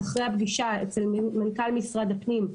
אחרי הפגישה אצל מנכ"ל משרד הפנים,